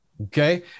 Okay